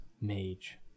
mage